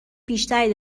بیشتری